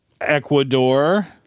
Ecuador